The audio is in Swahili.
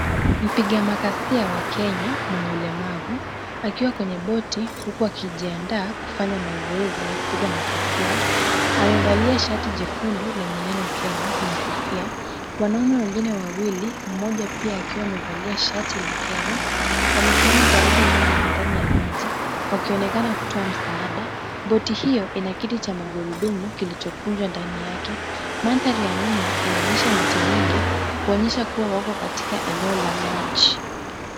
Mpiga makasia wa Kenya mwenye ulemavu akiwa kwenye boti huku akijiandaa kufanya mazoezi ya kupiga makasia. Amevalia shati jekundu lenye neno Kenya na kofia. Wanaume wengine wawili mmoja pia akiwa amevalia shati la Kenya wamesimama karibu naye ndani ya maji wakionekana kutoa msaada. Boti hiyo ina kiti cha magurudumu kilichokunjwa ndani yake. Mandhari ya nyuma inaonyesha miti mingi kuonyesha kuwa wako katika eneo la maji.